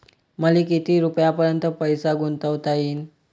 मले किती रुपयापर्यंत पैसा गुंतवता येईन?